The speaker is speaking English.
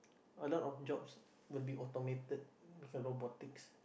a lot of jobs will be automated with robotics